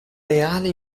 reale